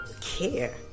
care